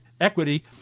Equity